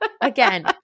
Again